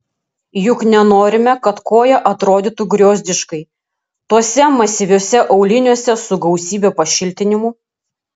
juk nenorime kad koja atrodytų griozdiškai tuose masyviuose auliniuose su gausybe pašiltinimų